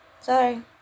Sorry